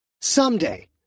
Someday